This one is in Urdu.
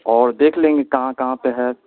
اور دیکھ لیں گے کہاں کہاں پہ ہے